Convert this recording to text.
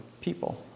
people